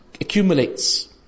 accumulates